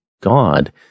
God